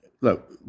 look